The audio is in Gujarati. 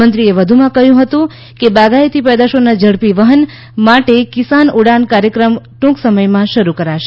મંત્રીએ વધુમાં કહ્યું કે બાગાયતી પેદાશોના ઝડપી વહન માટે કિસાન ઉડાન કાર્યક્રમ ટૂંક સમયમાં શરૂ કરાશે